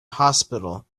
hospital